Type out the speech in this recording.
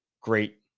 great